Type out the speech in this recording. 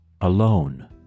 alone